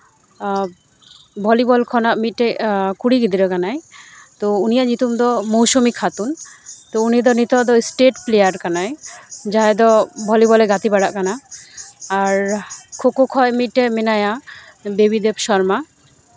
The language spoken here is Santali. ᱵᱷᱚᱞᱤᱵᱚᱞ ᱠᱷᱚᱱᱟᱜ ᱢᱤᱫᱴᱮᱱ ᱠᱩᱲᱤ ᱜᱤᱫᱽᱨᱟᱹ ᱠᱟᱱᱟᱭ ᱛᱚ ᱩᱱᱤᱭᱟᱜ ᱧᱩᱛᱩᱢ ᱫᱚ ᱢᱳᱥᱩᱢᱤ ᱠᱷᱟ ᱛᱩᱱ ᱛᱚ ᱩᱱᱤ ᱫᱚ ᱱᱤᱛᱚᱜ ᱫᱚ ᱮᱥᱴᱮᱴ ᱯᱞᱮᱭᱟᱨ ᱠᱟᱱᱟᱭ ᱡᱟᱦᱟᱸᱭ ᱫᱚ ᱵᱷᱚᱞᱤᱵᱚᱞ ᱮ ᱜᱟᱛᱮᱵᱟᱲᱟᱜ ᱠᱟᱱᱟ ᱟᱨ ᱠᱷᱳᱸ ᱠᱷᱳᱸ ᱠᱷᱚᱡ ᱢᱤᱫᱴᱮᱡ ᱢᱮᱱᱟᱭᱟ ᱵᱮᱵᱤ ᱫᱮᱵ ᱥᱚᱨᱢᱟ